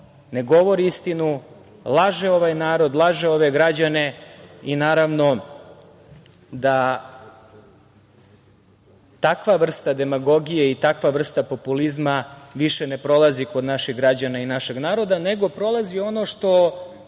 ne govori istinu, laže ovaj narod, laže ove građane i takva vrsta demagogije i takva vrsta populizma više ne prolazi kod naših građana i našeg naroda, nego prolazi ono što